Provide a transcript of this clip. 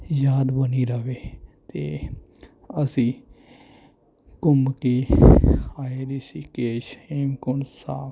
ਯਾਦ ਬਣੀ ਰਵੇ ਅਤੇ ਅਸੀਂ ਘੁੰਮ ਕੇ ਆਏ ਰਿਸ਼ੀਕੇਸ਼ ਅਤੇ ਸ਼੍ਰੀ ਹੇਮਕੁੰਡ ਸਾਹਿਬ